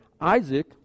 Isaac